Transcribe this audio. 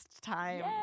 time